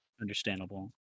Understandable